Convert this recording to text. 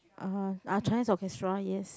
uh ah Chinese Orchestra yes